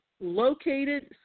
located